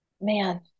man